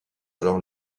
alors